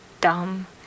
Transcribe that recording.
dumb